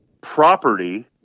property